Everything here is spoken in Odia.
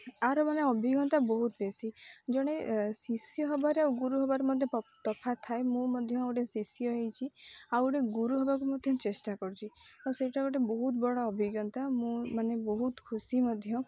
ଆର ମାନେ ଅଭିଜ୍ଞତା ବହୁତ ବେଶୀ ଜଣେ ଶିଷ୍ୟ ହେବାରେ ଆଉ ଗୁରୁ ହେବାର ମଧ୍ୟ ତଫାତ ଥାଏ ମୁଁ ମଧ୍ୟ ଗୋଟେ ଶିଷ୍ୟ ହେଇଛି ଆଉ ଗୋଟେ ଗୁରୁ ହେବାକୁ ମଧ୍ୟ ଚେଷ୍ଟା କରୁଛି ଆଉ ସେଇଟା ଗୋଟେ ବହୁତ ବଡ଼ ଅଭିଜ୍ଞତା ମୁଁ ମାନେ ବହୁତ ଖୁସି ମଧ୍ୟ